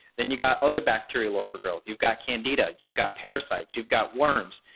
then you got other bacterial overgrowth, you've got candida, you've got parasites, you've got worms,